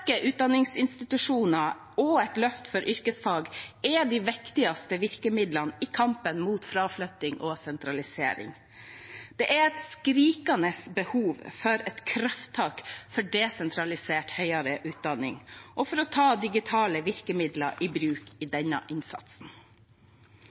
utdanningsinstitusjoner og et løft for yrkesfag er de viktigste virkemidlene i kampen mot fraflytting og sentralisering. Det er et skrikende behov for et krafttak for desentralisert høyere utdanning og for å ta digitale virkemidler i bruk i